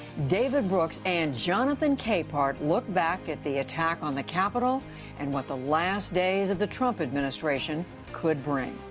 david brooks and jonathan capehart look back at the attack on the capitol and what the last days of the trump administration could bring.